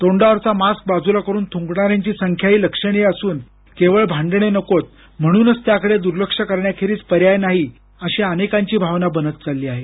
तोंडावरचा mask बाजूला करून थुंकणाऱ्यांची संख्याही लक्षणीय असून केवळ भांडणे नकोत म्हणून त्याकडे दुर्लक्ष करण्याखेरीज पर्याय नाही अशी अनेकांची भावना बनत चालली आहे